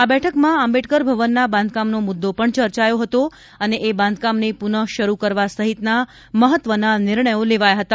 આ બેઠકમાં આંબેડકર ભવનના બાંધકામનો મુદ્દો પણ ચર્ચાયો હતો અને એ બાંધકામને પુનઃ શરૂ કરવા સહિતના મહત્વના નિર્ણયો લેવાયા હતા